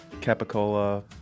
capicola